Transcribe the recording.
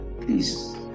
please